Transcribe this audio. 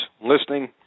listening